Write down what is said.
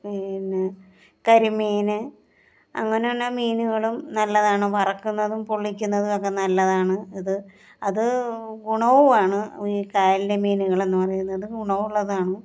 പിന്നെ കരിമീൻ അങ്ങനെയുള്ള മീനുകളും നല്ലതാണ് വറക്കുന്നതും പൊള്ളിക്കുന്നതും ഒക്കെ നല്ലതാണ് അത് അത് ഗുണവും ആണ് ഈ കായലിലെ മീനുകൾ എന്ന് പറയുന്നത് ഗുണമുള്ളതാണ്